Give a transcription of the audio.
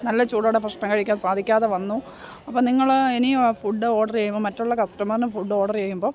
നല്ല ചൂടോടെ ഭക്ഷണം കഴിക്കാൻ സാധിക്കാതെ വന്നു അപ്പം നിങ്ങൾ ഇനിയും ആ ഫുഡ് ഓർഡർ ചെയ്യുമ്പോൾ മറ്റുള്ള കസ്റ്റമറിനും ഫുഡ് ഓർഡർ ചെയ്യുമ്പം